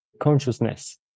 consciousness